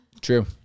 True